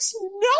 no